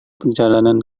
perjalanan